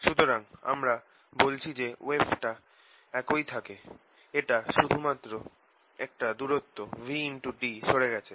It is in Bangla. সুতরাং আমরা বলছি যে ওয়েভটা একই থাকে এটা শুধু মাত্র একটা দূরত্ব vt সরে গেছে